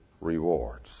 rewards